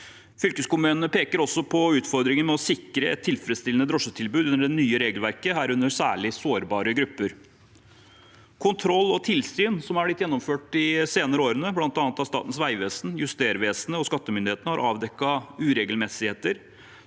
Fylkeskommunene peker også på utfordringer med å sikre et tilfredsstillende drosjetilbud under det nye regelverket, herunder til særlig sårbare grupper. Kontroll og tilsyn som er blitt gjennomført de senere årene, bl.a. av Statens vegvesen, Justervesenet og skattemyndighetene, har avdekket uregelmessigheter.